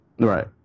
right